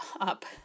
up